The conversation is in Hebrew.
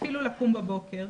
ואפילו לקום בבוקר,